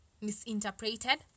misinterpreted